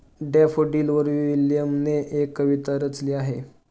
डॅफोडिलवर विल्यमने एक कविता रचली आहे